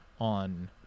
on